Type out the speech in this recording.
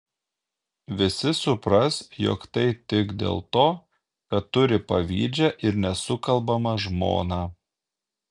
visi supras jog tai tik dėl to kad turi pavydžią ir nesukalbamą žmoną